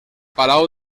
palau